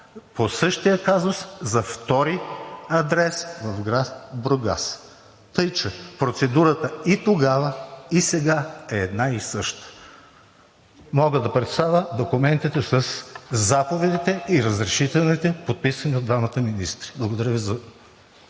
по същия казус за втори адрес в град Бургас, така че процедурата и тогава, и сега е една и съща. Мога да представя документите със заповедите и разрешителните, подписани от двамата министри. Благодаря Ви.